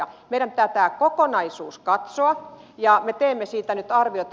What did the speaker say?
meidän pitää tämä kokonaisuus katsoa ja me teemme siitä nyt arviota